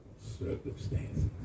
circumstances